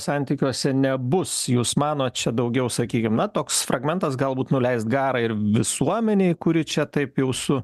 santykiuose nebus jūs manot čia daugiau sakykim na toks fragmentas galbūt nuleist garą ir visuomenei kuri čia taip jau su